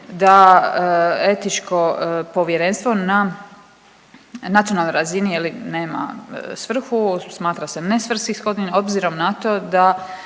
da etičko povjerenstvo na nacionalnoj razini je li nema svrhu, smatra se nesvrsishodnim obzirom na to da